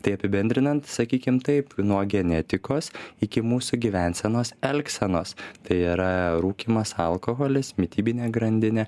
tai apibendrinant sakykim taip nuo genetikos iki mūsų gyvensenos elgsenos tai yra rūkymas alkoholis mitybinė grandinė